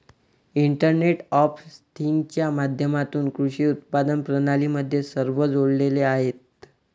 internet of थिंग्जच्या माध्यमातून कृषी उत्पादन प्रणाली मध्ये सर्व जोडलेले आहेत